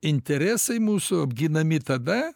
interesai mūsų apginami tada